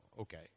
okay